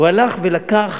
הוא הלך ולקח